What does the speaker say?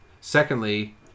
Secondly